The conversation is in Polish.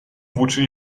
włóczyli